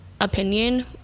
opinion